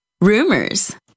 rumors